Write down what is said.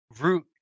root